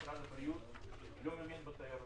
משרד הבריאות לא מבין בתיירות.